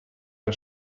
der